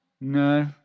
No